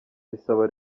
bisaba